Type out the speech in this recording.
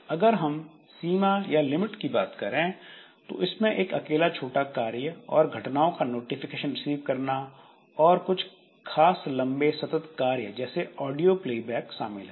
अगर हम सीमा या लिमिट की बात करें तो इसमें एक अकेला छोटा कार्य और घटनाओं का नोटिफिकेशन रिसीव करना और कुछ खास लंबे सतत कार्य जैसे ऑडियो प्लेबैक शामिल है